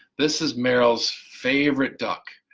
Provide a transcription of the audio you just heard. this is meryl's favorite duck,